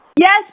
Yes